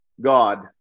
God